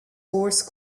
horse